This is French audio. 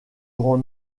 grand